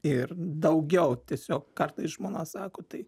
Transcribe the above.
ir daugiau tiesiog kartais žmona sako tai